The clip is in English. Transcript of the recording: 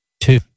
Two